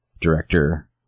director